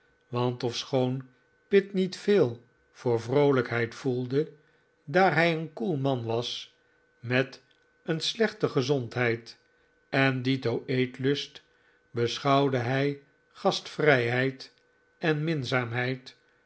want ofschoon pitt niet veel voor vroolijkheid voelde daar hij een koel man was met een slechte gezondheid en dito eetlust beschouwde hij gastvrijheid en